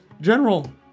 General